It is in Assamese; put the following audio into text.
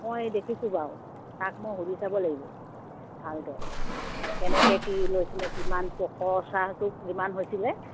মই দেখিছোঁ বাৰু তাক মই সুধি চাব লাগিব ভালকে কেনেকে কি লৈছিলে কিমান খৰছাটো যিমান হৈছিলে